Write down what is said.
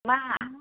मा